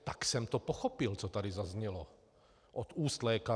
Tak jsem to pochopil, co tady zaznělo od úst lékařů.